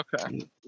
Okay